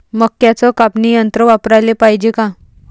मक्क्याचं कापनी यंत्र वापराले पायजे का?